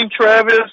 Travis